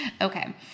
Okay